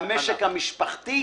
זה המשק המשפחתי,